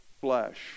flesh